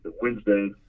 wednesday